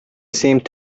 seemed